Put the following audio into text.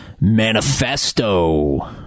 Manifesto